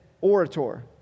orator